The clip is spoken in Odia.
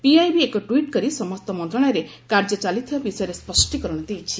ପିଆଇବି ଏକ ଟ୍ୱିଟ୍ କରି ସମସ୍ତ ମନ୍ତ୍ରଣାଳୟରେ କାର୍ଯ୍ୟ ଚାଲିଥିବା ବିଷୟରେ ସ୍ୱଷ୍ଟୀକରଣ ଦେଇଛି